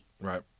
Right